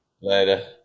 Later